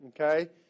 okay